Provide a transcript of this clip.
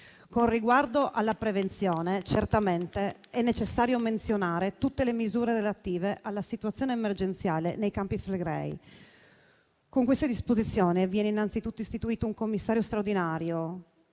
Con riguardo alla prevenzione, è necessario menzionare tutte le misure relative alla situazione emergenziale nei Campi Flegrei. Con questa disposizione viene innanzitutto istituito un commissario straordinario